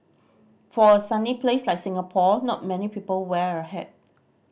for a sunny place like Singapore not many people wear a hat